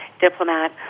diplomat